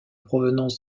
provenance